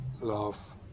love